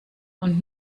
und